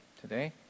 today